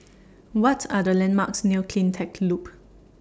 What Are The landmarks near CleanTech Loop